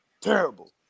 terrible